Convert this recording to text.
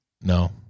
No